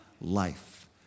life